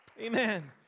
Amen